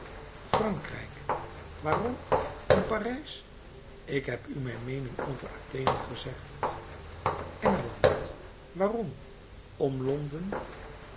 frankrijk waarom om parijs ik heb u mijn meening over athene gezegd engeland waarom om londen